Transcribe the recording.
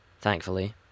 thankfully